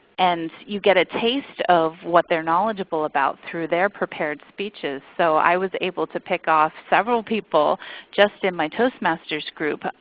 and you get a taste of what they're knowledgeable about through their prepared speeches. so i was able to pick off several people just in my toast masters group.